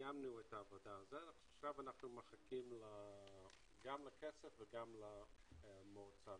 סיימנו את העבודה ועכשיו אנחנו מחכים גם לכסף וגם למועצה.